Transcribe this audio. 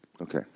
Okay